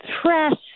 press